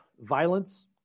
violence